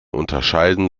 unterscheiden